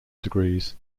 degrees